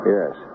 Yes